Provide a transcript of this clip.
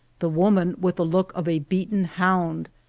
the woman with the look of a beaten hound,